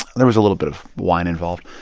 there was a little bit of wine involved.